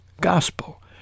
gospel